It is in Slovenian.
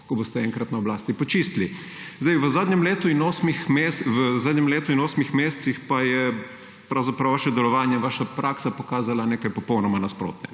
ko boste enkrat na oblasti, počistili. V zadnjem letu in osmih mesecih pa je pravzaprav že delovanje, vaša praksa pokazala nekaj popolnoma nasprotnega.